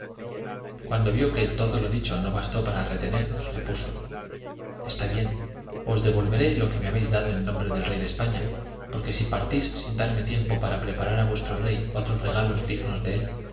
cuando vio que todo lo dicho no bastó para retenernos repuso jestá bien os devolveré lo que me habéis dado en nombre del rey de españa porque si partís sin darme tiempo para preparar a vuestro rey otros regalos dignos de él